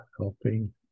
helping